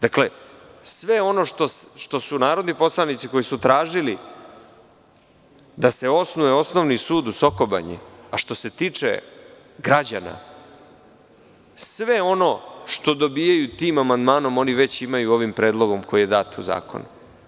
Dakle, sve ono što su narodni poslanici tražili da se osnuje osnovni sud u Soko Banji, a što se tiče građana, sve ono što dobijaju tim amandmanom, oni već imaju ovim predlogom koji je dat u zakonu.